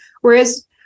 Whereas